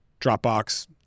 Dropbox